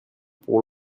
pour